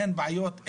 אין בעיות,